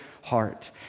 heart